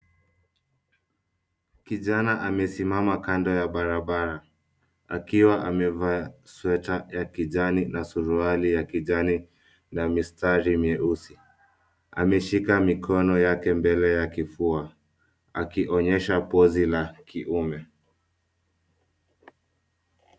Kijana amesimama kando ya barabara akiwa amevaa sweta ya kijani na suruali ya kijani la mistari mieusi. Ameshika mikono yake mbele ya kifua, akionyesha pozi la kiume.